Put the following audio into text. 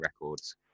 records